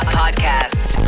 podcast